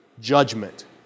judgment